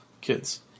Kids